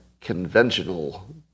conventional